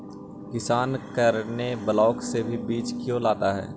किसान करने ब्लाक से बीज क्यों लाता है?